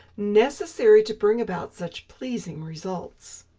necessary to bring about such pleasing results.